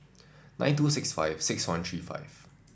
nine two six five six one three five